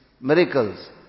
miracles